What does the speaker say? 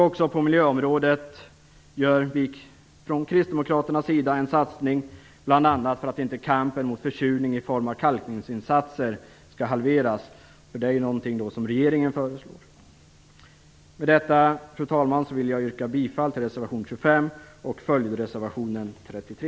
Också på miljöområdet vill vi kristdemokrater göra en satsning bl.a. för att inte kampen mot försurning i form av kalkningsinsatser skall halveras, något som regeringen nu föreslår. Fru talman! Med det anförda vill jag yrka bifall till reservation nr 25 och till följdreservation nr 33.